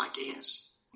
ideas